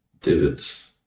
divots